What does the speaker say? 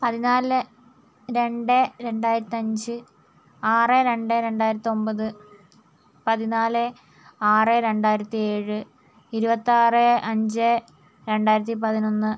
പതിനാല് രണ്ട് രണ്ടായിരത്തിയഞ്ച് ആറ് രണ്ട് രണ്ടായിരത്തൊൻപത് പതിനാല് ആറ് രണ്ടായിരത്തി ഏഴ് ഇരുപത്തിയാറ് അഞ്ച് രണ്ടായിരത്തി പതിനൊന്ന്